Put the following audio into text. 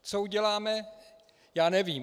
Co uděláme, já nevím.